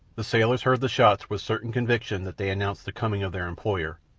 the sailors heard the shots with certain conviction that they announced the coming of their employer,